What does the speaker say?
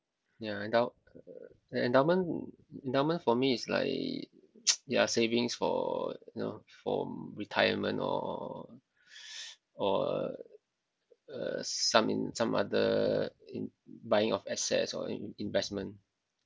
ya endow~ endowment endowment for me is like ya savings for you know for retirement or or uh some in~ some other in~ buying of assets or in~ investment